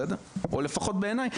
או לפחות בעיניי,